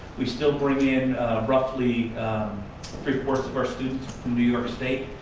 we still bring in roughly three-fourths of our students from new york state.